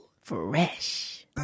Fresh